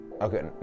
okay